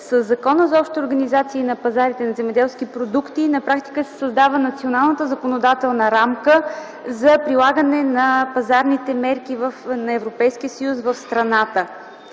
прилагане на Общите организации на пазарите на земеделски продукти на практика се създава националната законодателна рамка за прилагане на пазарните мерки на Европейския съюз в страната.